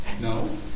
No